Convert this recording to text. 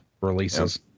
releases